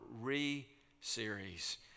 re-series